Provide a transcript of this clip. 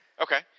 Okay